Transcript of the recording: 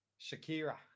Shakira